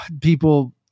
people